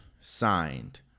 signed